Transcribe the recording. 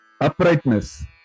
uprightness